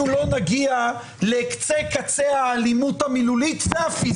נגיע לקצה קצה של האלימות המילולית והפיזית.